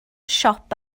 siop